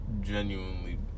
genuinely